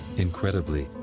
incredibly,